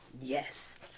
Yes